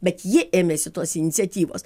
bet jie ėmėsi tos iniciatyvos